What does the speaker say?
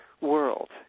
world